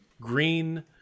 green